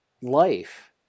life